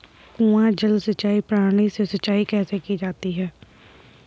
कुआँ जल सिंचाई प्रणाली से सिंचाई कैसे की जाती है?